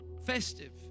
festive